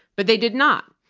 but they did not.